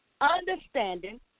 understanding